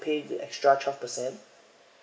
pay the extra twelve percent